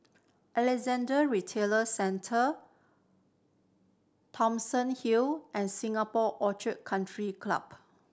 Alexandra Retail Centre Thomson Hill and Singapore Orchid Country Club